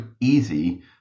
easy